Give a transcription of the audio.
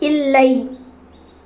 இல்லை